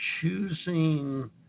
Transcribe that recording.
choosing